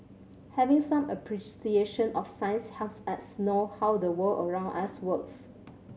having some appreciation of science helps us know how the world around us works